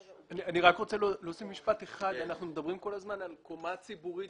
אנחנו מדברים כל הזמן על קומה ציבורית.